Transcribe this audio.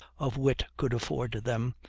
of wit could afford them,